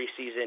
preseason